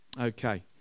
okay